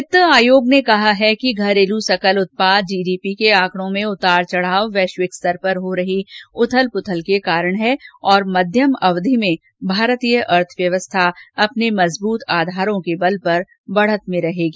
वित्त आयोग ने कहा है कि घरेलू सकल उत्पाद जीडीपी के आंकड़ों में उतार चढाव वैश्विक स्तर पर हो रही उथल पुथल के कारण है और मध्यम अवधि में भारतीय अर्थव्यवस्था अपने मजबूत आधारों के बल पर बढत में रहेगी